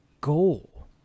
goal